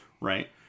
Right